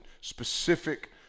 specific